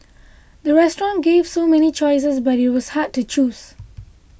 the restaurant gave so many choices but it was hard to choose